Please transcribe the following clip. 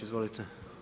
Izvolite.